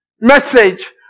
message